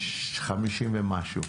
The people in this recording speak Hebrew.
50 ומשהו.